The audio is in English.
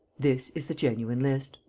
this is the genuine list.